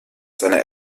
seiner